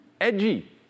edgy